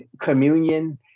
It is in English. communion